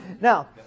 Now